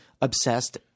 obsessed